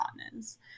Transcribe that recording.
partners